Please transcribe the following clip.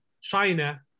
China